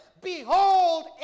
behold